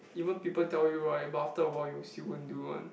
even people tell you [right] but after awhile you still won't do [one]